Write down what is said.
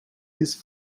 these